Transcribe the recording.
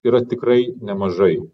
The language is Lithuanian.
yra tikrai nemažai